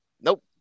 Nope